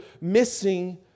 missing